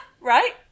right